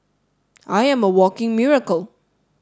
I am a walking miracle